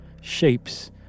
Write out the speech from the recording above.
shapes